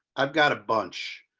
i've got a bunch.